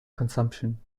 consumption